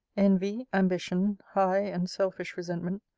envy, ambition, high and selfish resentment,